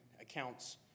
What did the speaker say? accounts